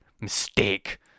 mistake